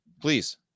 please